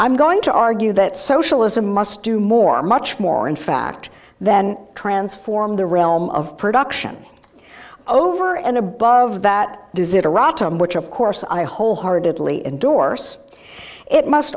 i'm going to argue that socialism must do more much more in fact than transform the realm of production over and above that does it or rotten which of course i wholeheartedly endorse it must